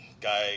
guy